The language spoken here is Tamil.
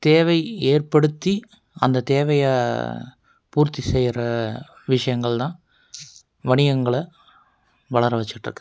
தேவை ஏற்படுத்தி அந்த தேவையை பூர்த்தி செய்யற விஷயங்கள் தான் வணிகங்களை வளர வச்சிட்டு இருக்குது